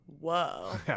Whoa